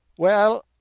well,